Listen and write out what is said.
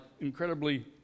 incredibly